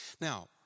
Now